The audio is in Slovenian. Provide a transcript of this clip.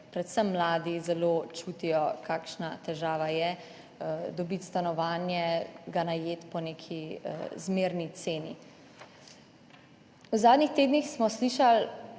predvsem mladi zelo čutijo, kakšna težava je dobiti stanovanje, ga najeti po neki zmerni ceni. V zadnjih tednih smo slišali